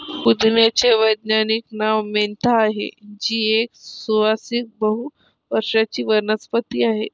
पुदिन्याचे वैज्ञानिक नाव मेंथा आहे, जी एक सुवासिक बहु वर्षाची वनस्पती आहे